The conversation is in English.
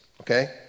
okay